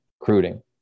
recruiting